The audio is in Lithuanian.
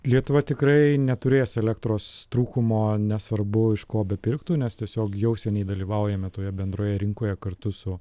lietuva tikrai neturės elektros trūkumo nesvarbu iš ko bepirktų nes tiesiog jau seniai dalyvaujame toje bendroje rinkoje kartu su